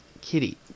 Kitty